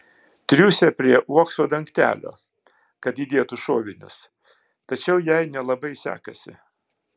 triūsia prie uokso dangtelio kad įdėtų šovinius tačiau jai nelabai sekasi